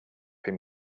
him